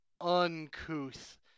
uncouth